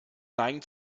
neigen